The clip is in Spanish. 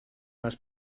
las